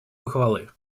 похвалы